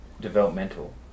developmental